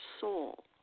soul